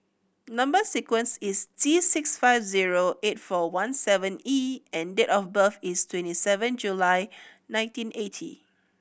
number sequence is T six five zero eight four one seven E and date of birth is twenty seven July nineteen eighty